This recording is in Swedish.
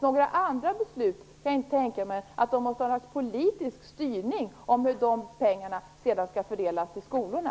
Några andra beslut kan jag inte tänka mig, för det måste väl vara något slags politisk styrning i fråga om hur de pengarna sedan skall fördelas till skolorna.